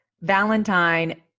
Valentine